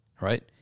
Right